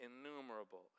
innumerable